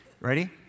Ready